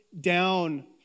down